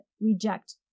reject